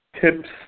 tips